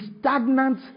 stagnant